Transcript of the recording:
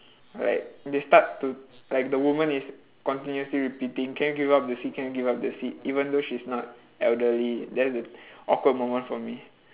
like they start to like the woman is continuously repeating can you give up the seat can you give up the seat even though she's not elderly that's an awkward moment for me